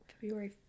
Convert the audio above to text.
February